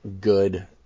good